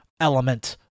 element